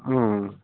ఆ